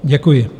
Děkuji.